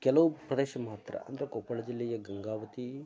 ಕೆಲವು ಪ್ರದೇಶ ಮಾತ್ರ ಅಂದ್ರೆ ಕೊಪ್ಪಳ ಜಿಲ್ಲೆಯ ಗಂಗಾವತಿ